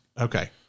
Okay